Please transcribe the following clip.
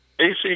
AC